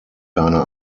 keine